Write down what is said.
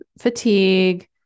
fatigue